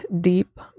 deep